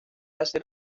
hace